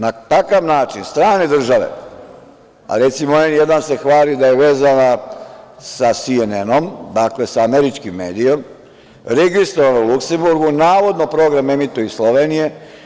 Na takav način strane države, a recimo „N1“ se hvali da je vezana sa „Si-En-Enom“, dakle, sa američkim medijem, registrovana u Luksemburgu, navodno program emituje iz Slovenije.